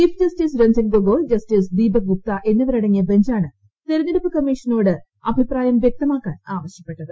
chief justice Ranjan Gogoi justice Deepak Gupta എന്നിവരടങ്ങിയ ബഞ്ചാണ് തെരഞ്ഞെടുപ്പ് കമ്മിഷനോട് അഭിപ്രായം വ്യക്തമാക്കാൻ ആവശ്യപ്പെട്ടത്